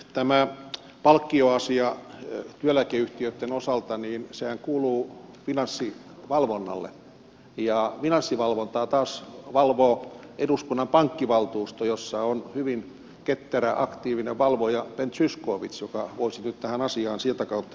tämä palkkioasiahan työeläkeyhtiöitten osalta kuuluu finanssivalvonnalle ja finanssivalvontaa taas valvoo eduskunnan pankkivaltuusto jossa on hyvin ketterä aktiivinen valvoja ben zyskowicz joka voisi nyt tähän asiaan sieltä kauttakin yrittää puuttua